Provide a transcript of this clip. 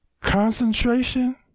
Concentration